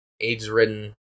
AIDS-ridden